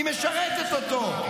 היא משרתת אותו.